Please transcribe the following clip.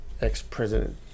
ex-president